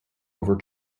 over